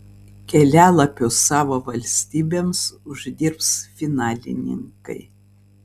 kelialapius savo valstybėms uždirbs finalininkai